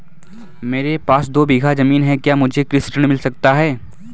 मेरे पास दो बीघा ज़मीन है क्या मुझे कृषि ऋण मिल सकता है?